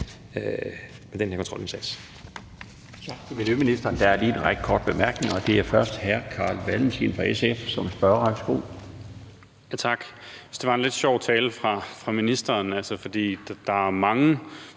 med den her kontrolindsats